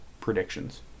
predictions